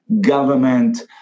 government